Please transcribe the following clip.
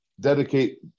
dedicate